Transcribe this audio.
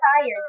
tired